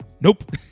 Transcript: Nope